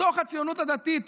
בתוך הציונות הדתית,